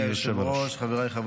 אני מזמין את יושב-ראש ועדת הבריאות חבר